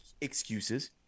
excuses